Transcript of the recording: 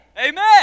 Amen